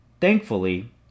Thankfully